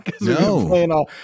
No